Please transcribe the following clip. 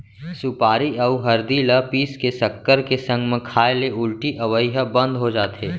सुपारी अउ हरदी ल पीस के सक्कर के संग म खाए ले उल्टी अवई ह बंद हो जाथे